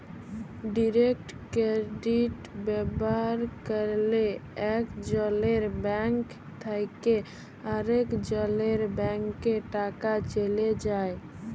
direct credit ব্যাভার ক্যরলে একজলের ব্যাংক থ্যাকে আরেকজলের ব্যাংকে টাকা চ্যলে যায়